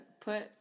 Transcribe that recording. put